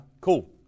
Cool